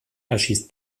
erschießt